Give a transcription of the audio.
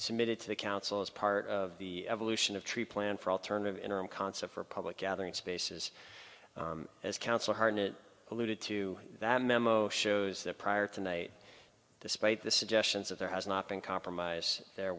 submitted to the council as part of the evolution of tree plan for alternative interim concept for public gathering spaces as counsel harnett alluded to that memo shows that prior tonight despite the suggestions that there has not been compromise there